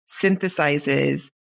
synthesizes